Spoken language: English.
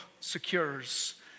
secures